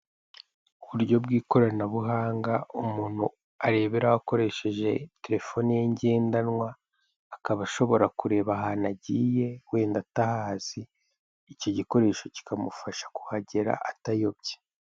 Uburyo bw'ikoranabuhanga umuntu areberaho akoresheje telefone ye ngendanwa, akaba ashobora kureba ahantu agiye wenda atahazi icyo gikoresho kikamufasha kuhagera atayobye.